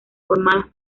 formadas